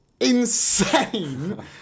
insane